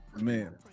Man